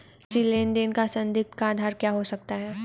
किसी लेन देन का संदिग्ध का आधार क्या हो सकता है?